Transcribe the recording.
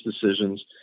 decisions